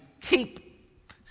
keep